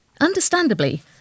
Understandably